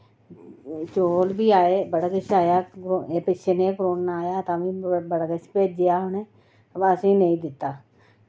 चौल बी आए बड़ा किश आया एह् पिच्छे निहां करोना आया तां बी भेजेआ उ'नें बा असेंगी नेईं दित्ता